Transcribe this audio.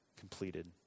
completed